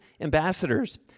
ambassadors